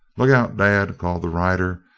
look out, dad, called the rider,